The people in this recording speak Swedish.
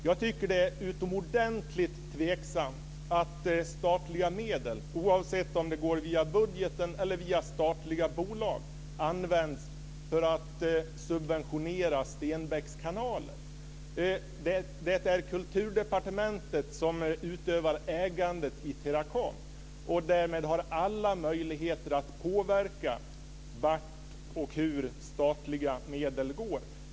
Jag tycker att det är utomordentligt tveksamt att statliga medel, oavsett om de går via budgeten eller via statliga bolag, används för att subventionera Stenbeckkanaler. Det är Kulturdepartementet som utövar ägandet i Teracom och som därmed har alla möjligheter att påverka vart och hur statliga medel går.